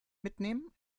mitnehmen